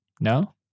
No